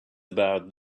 about